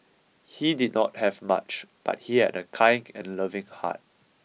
he did not have much but he had a kind and loving heart